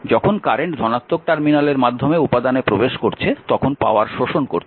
যখন কারেন্ট ধনাত্মক টার্মিনালের মাধ্যমে উপাদানে প্রবেশ করছে তখন পাওয়ার শোষণ করছে